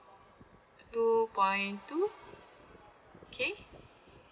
two points two K